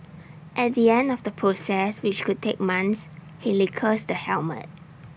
at the end of the process which could take months he lacquers the helmet